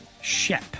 SHIP